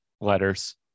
letters